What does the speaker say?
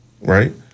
right